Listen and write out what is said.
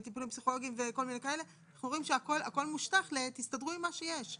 אנחנו רואים שבסוף הכול מושטח לאמירה "תסתדרו עם מה שיש".